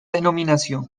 denominación